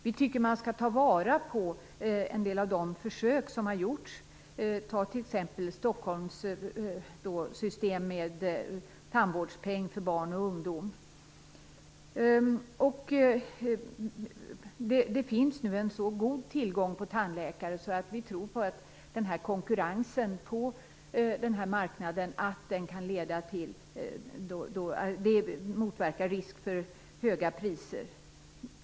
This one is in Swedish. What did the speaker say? Vi tycker att man skall ta vara på en del av de försök som har gjorts, t.ex. Stockholms system med tandvårdspeng för barn och ungdom. Det finns nu en så god tillgång på tandläkare så att vi inom Folkpartiet tror att konkurrens på marknaden kan motverka risk för höga priser.